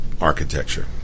architecture